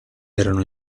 erano